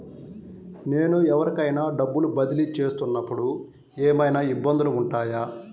నేను ఎవరికైనా డబ్బులు బదిలీ చేస్తునపుడు ఏమయినా ఇబ్బందులు వుంటాయా?